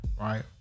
right